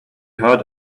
heard